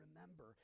remember